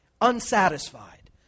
unsatisfied